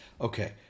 okay